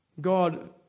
God